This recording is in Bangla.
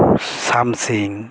সামসিং